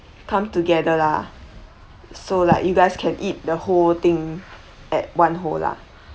come together lah so like you guys can eat the whole thing at one whole lah